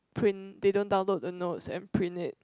print they don't download the notes and print it